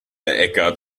äcker